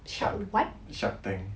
shark shark tank